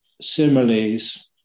similes